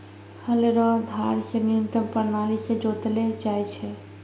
हल रो धार से न्यूतम प्राणाली से जोतलो जाय छै